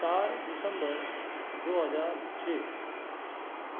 चार दिसंबर दो हजार छ